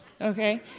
okay